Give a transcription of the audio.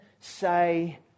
say